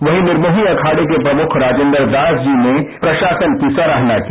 वहीं निर्मोही अखाड़े के प्रमुख राजेन्द्र दास जी ने प्रशासन की सराहना की